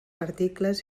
articles